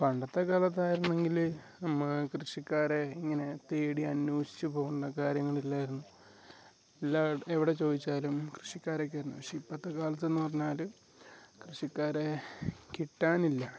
പണ്ടത്തെ കാലത്തായിരുന്നെങ്കിൽ കൃഷിക്കാരെ ഇങ്ങനെ തേടി അന്വേഷിച്ച് പോകുന്ന കാര്യങ്ങളില്ലായിരുന്നു എവിടെ ചോദിച്ചാലും കൃഷിക്കാരൊക്കെയായിരുന്നു പക്ഷെ ഇപ്പത്തെ കാലത്ത് എന്ന് പറഞ്ഞാൽ കൃഷിക്കാരെ കിട്ടാനില്ല